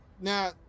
Now